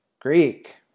greek